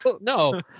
No